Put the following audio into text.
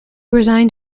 resigned